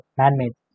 man-made